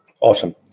Awesome